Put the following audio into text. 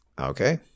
okay